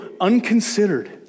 unconsidered